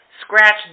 scratched